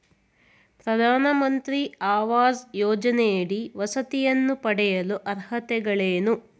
ಪ್ರಧಾನಮಂತ್ರಿ ಆವಾಸ್ ಯೋಜನೆಯಡಿ ವಸತಿಯನ್ನು ಪಡೆಯಲು ಅರ್ಹತೆಗಳೇನು?